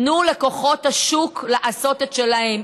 תנו לכוחות השוק לעשות את שלהם.